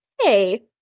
hey